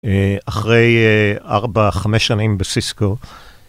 אחרי 4-5 שנים בסיסקו.